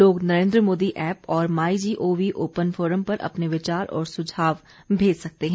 लोग नरेन्द्र मोदी ऐप और my G O V open forum पर अपने विचार और सुझाव भेज सकते हैं